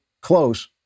close